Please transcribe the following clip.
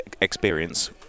experience